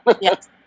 Yes